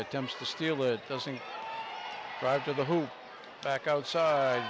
attempts to steal it doesn't ride to the hoop back outside